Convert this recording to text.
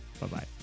Bye-bye